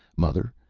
mother,